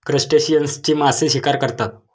क्रस्टेशियन्सची मासे शिकार करतात